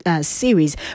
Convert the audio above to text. series